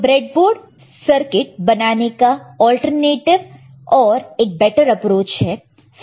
तो breadboard circuit बनाने का एक अल्टरनेटीव और एक बेटर अप्रोच है